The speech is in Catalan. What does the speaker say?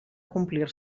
complir